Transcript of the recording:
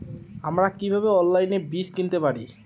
আমরা কীভাবে অনলাইনে বীজ কিনতে পারি?